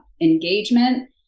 Engagement